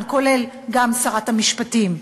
כולל גם שרת המשפטים,